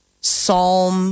Psalm